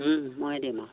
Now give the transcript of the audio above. ময়ে দিম আৰু